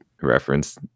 reference